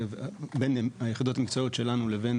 בין היחידות שלנו לבין